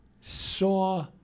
saw